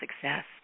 success